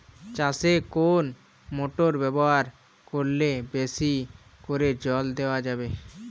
চাষে কোন মোটর ব্যবহার করলে বেশী করে জল দেওয়া যাবে?